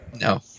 No